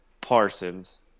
Parsons